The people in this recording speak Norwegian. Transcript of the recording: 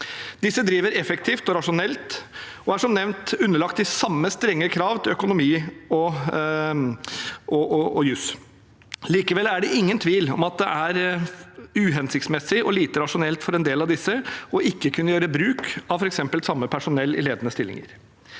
Disse driver effektivt og rasjonelt og er som nevnt underlagt de samme strenge krav til økonomi og juss. Likevel er det ingen tvil om at det er uhensiktsmessig og lite rasjonelt for en del av disse ikke å kunne gjøre bruk av f.eks. samme personell i ledende stillinger.